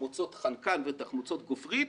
תחמוצות חנקן ותחמוצות גופרית,